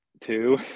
two